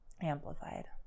amplified